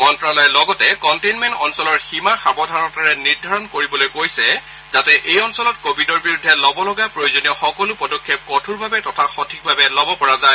মন্তালয়ে লগতে কনণ্টেইনমেণ্ট অঞ্চলৰ সীমা সাৱধানেৰে নিৰ্ধাৰণ কৰিবলৈ কৈছে যাতে এই অঞ্চলত কভিডৰ বিৰুদ্ধে লবলগা প্ৰয়োজনীয় সকলো পদক্ষেপ কঠোৰভাৱে তথা সঠিকভাৱে ল'ব পৰা যায়